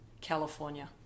California